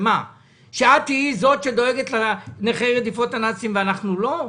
שאת תהיי זאת שדואגת לנכי רדיפות הנאצים ואנחנו לא?